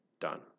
done